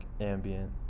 ambient